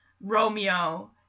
Romeo